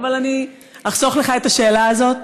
אבל אני אחסוך לך את השאלה הזאת.